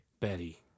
Betty